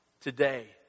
today